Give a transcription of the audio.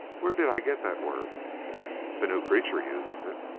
where did i get that word the new creature uses it.